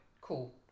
cool